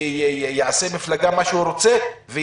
יעשה מפלגה שהוא רוצה.